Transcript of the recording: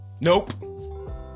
Nope